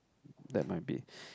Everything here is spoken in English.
that might be